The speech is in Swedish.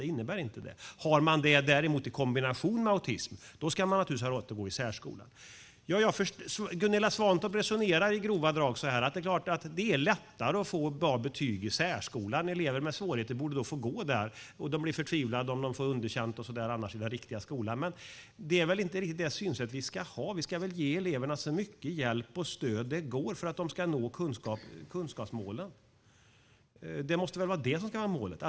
Om man däremot har det i kombination med autism ska man naturligtvis ha rätt att gå i särskola. Gunilla Svantorp resonerar i grova drag så att det är lättare att få bra betyg i särskolan och att elever med svårigheter därför borde få gå där, att de blir förtvivlade om de får underkänt i den riktiga skolan. Men det är väl inte riktigt det synsätt vi ska ha. Vi ska väl ge eleverna så mycket hjälp och stöd som möjligt för att de ska nå kunskapsmålen. Det måste väl vara målet.